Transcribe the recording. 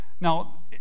Now